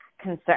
concern